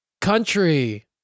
country